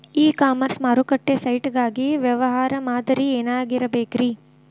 E commerce ಮಾರುಕಟ್ಟೆ site ಗಾಗಿ ವ್ಯವಹಾರ ಮಾದರಿ ಏನಾಗಿರಬೇಕ್ರಿ?